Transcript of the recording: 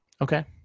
Okay